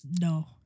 No